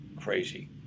crazy